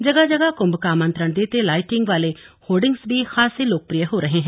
जगह जगह कृंभ का आमंत्रण देते लाइटिंग वाले होर्डिंग्स भी खासे लोकप्रिय हो रहे हैं